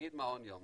נגיד מעון יום,